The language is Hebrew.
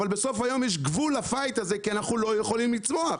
אבל בסוף היום יש גבול לפייט הזה כי אנחנו לא יכולים לצמוח,